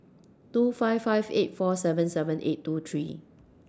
two five five eight four seven seven eight two three